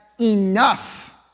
enough